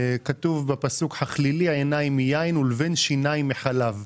כתוב בפסוק חכלילי עיניים מיין ולבן שיניים מחלב.